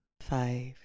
Five